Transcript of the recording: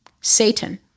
Satan